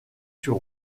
sur